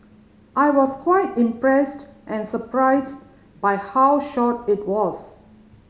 I was quite impressed and surprised by how short it was